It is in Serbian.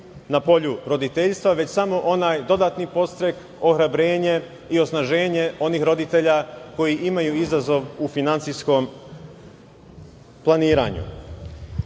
na polju roditeljstva već samo onaj dodatni podstrek, ohrabrenje i osnaženje onih roditelja koji imaju izazov u finansijskom planiranju. Takođe,